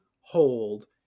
hold